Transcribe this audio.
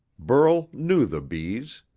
burl knew the bees.